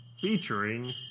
featuring